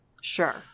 Sure